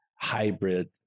hybrid